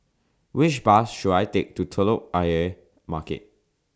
Which Bus should I Take to Telok Ayer Market